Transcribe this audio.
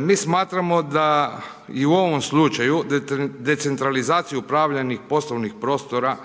Mi smatramo da i u ovom slučaju decentralizaciju upravljanja poslovnih prostora,